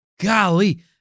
Golly